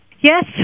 Yes